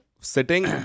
sitting